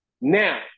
Now